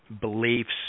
beliefs